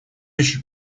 еще